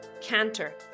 canter